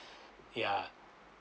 yeah